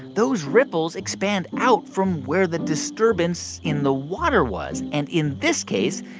those ripples expand out from where the disturbance in the water was. and in this case,